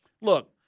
look